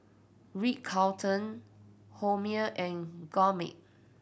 Ritz Carlton Hormel and Gourmet